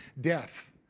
death